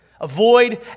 Avoid